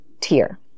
tier